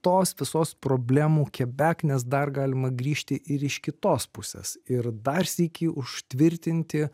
tos visos problemų kebeknės dar galima grįžti ir iš kitos pusės ir dar sykį užtvirtinti